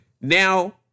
Now